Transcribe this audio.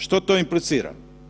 Što to implicira?